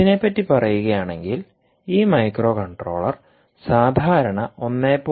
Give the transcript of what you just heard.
ഇതിനെ പറ്റി പറയുകയാണെങ്കിൽ ഈ മൈക്രോകൺട്രോളർ സാധാരണ 1